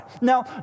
Now